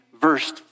verse